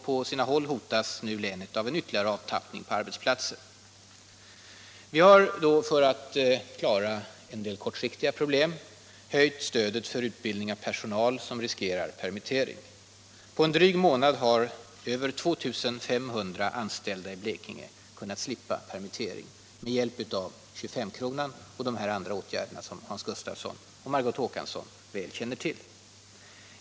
På sina håll hotas länet nu också av en ytterligare avtappning av arbetskraft. För att klara en del kortsiktiga problem har vi då höjt stödet för utbildning av personal som riskerar permittering. På en dryg månad har närmare 2 000 anställda i Blekinge också sluppit permittering tack vare 25-kronan och andra åtgärder, som Hans Gustafsson och Margot Håkansson känner väl till.